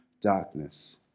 darkness